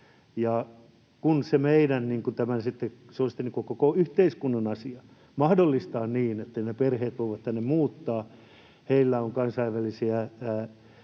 on sitten meidän koko yhteiskunnan asia mahdollistaa niin, että ne perheet voivat tänne muuttaa, että heillä on kansainvälisiä